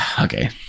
Okay